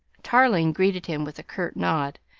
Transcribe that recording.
tarling greeted him with a curt nod,